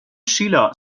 شیلا